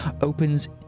opens